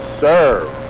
serve